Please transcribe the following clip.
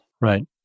Right